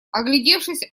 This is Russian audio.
оглядевшись